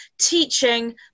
teaching